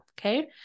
okay